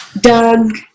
Doug